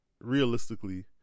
realistically –